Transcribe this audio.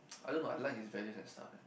I don't know I like his values and stuff eh